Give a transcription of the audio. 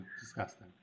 disgusting